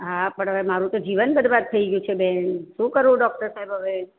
હાં પણ હવે મારું તો જીવન બરબાદ થઈ ગયું છે બેન શું કરું ડૉક્ટર સાહેબ હવે